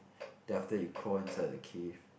then after that you crawl inside the cave